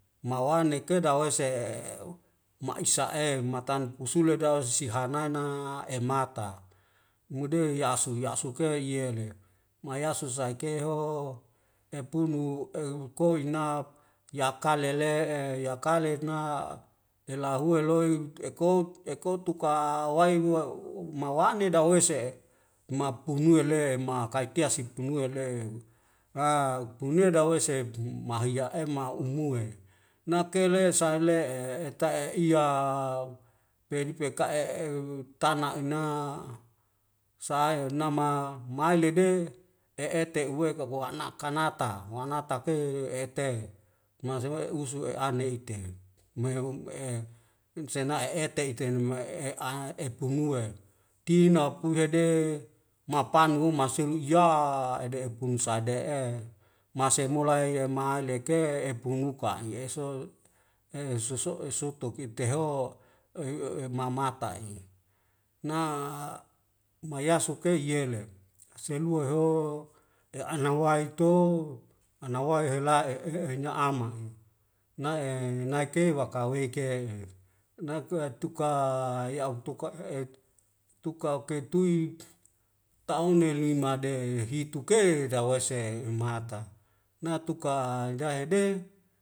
Mahuane ke dawese e eu maisa'e matan kusule dau sihanana emata mude ya'su ya'su ke yele mayasu saike ho epunu eu koina yakalele'e yakale na elahue loi ekout ekot tuka waihua ug mawane dawese 'e mapunue le ma kaitea sik pemuile a ukpunia daweisebh mahiya e ma'umue nakele saile'e eta'e iya pe peka'e eu tana ina saenama mailede e'e te'uwe kagua anakanata mua natak e eh teh masemau e'use e'ane ite mehum e insena'e e ete ita ninim ma'e a' eh pemue tina puhede mapanu hum maselu uya ede pune sade'e mase mulai ye maile ke epumuka i'eso e soso'e soto kuit te ho ohi ohi ma mata'e na mayasu keiyele aselua heo e anawae to anawae hela'e e'e enya aman nae ne nai ke waka weike heum nakeu tuka ya'un tuka e'et tuka kei tuik ta'ungeli made hitu ke dawese imata natuka hidahede